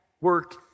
work